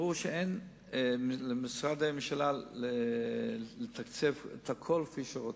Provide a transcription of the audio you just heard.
וברור שאין למשרדי הממשלה די לתקצב את הכול כפי שרוצים.